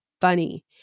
funny